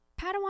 Padawan